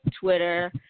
Twitter